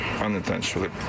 unintentionally